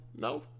No